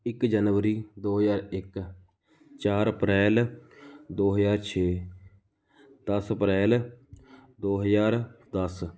ਇੱਕ ਜਨਵਰੀ ਦੋ ਹਜ਼ਾਰ ਇੱਕ ਚਾਰ ਅਪ੍ਰੈਲ ਦੋ ਹਜ਼ਾਰ ਛੇ ਦਸ ਅਪ੍ਰੈਲ ਦੋ ਹਜ਼ਾਰ ਦਸ